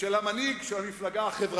של המנהיג של המפלגה החברתית,